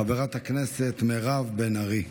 חברת הכנסת מירב בן ארי.